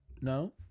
No